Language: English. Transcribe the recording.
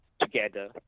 together